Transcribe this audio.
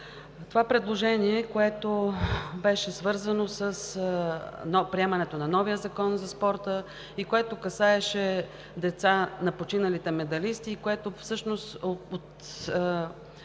Това предложение беше свързано с приемането на новия закон за спорта и касаеше деца на починали медалисти, което всъщност